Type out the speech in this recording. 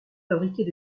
fabriquait